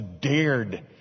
dared